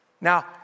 Now